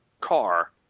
car